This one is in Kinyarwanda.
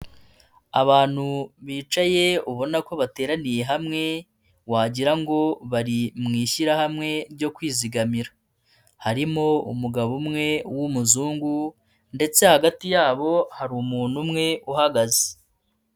Abantu bicaye ubona ko bateraniye hamwe wagira ngo bari mu ishyirahamwe ryo kwizigamira. Harimo umugabo umwe w'umuzungu ndetse hagati yabo hari umuntu umwe uhagaze.